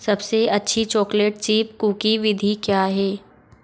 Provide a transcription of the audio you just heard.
सबसे अच्छी chocolate chip cookie विधि क्या है